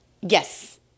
Yes